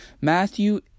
Matthew